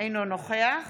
אינו נוכח